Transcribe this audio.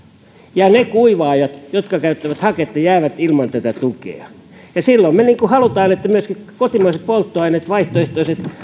ja ne kuivaajat jotka käyttävät haketta jäävät ilman tätä tukea silloin me haluamme että myöskin kotimaiset polttoaineet vaihtoehtoiset